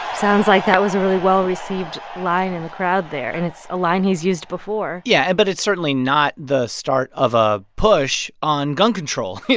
sounds like that was a really well-received line in the crowd there. and it's a line he's used before yeah. but it's certainly not the start of a push on gun control. you